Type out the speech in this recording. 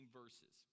verses